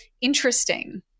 interesting